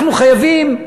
אנחנו חייבים,